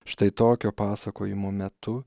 štai tokio pasakojimo metu